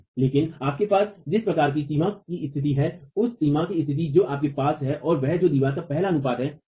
लेकिन आपके पास जिस प्रकार की सीमा की स्थिति है उस सीमा की स्थिति जो आपके पास है और वह जो दीवार का पहलू अनुपात है सही है